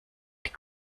die